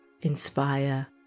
inspire